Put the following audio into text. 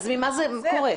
אז ממה זה קורה?